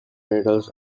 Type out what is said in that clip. medals